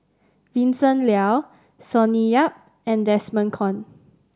Vincent Leow Sonny Yap and Desmond Kon